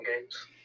games